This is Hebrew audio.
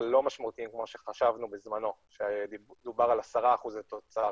אבל לא משמעותיים כמו שחשבנו בזמנו כשדובר על 10% תוצר,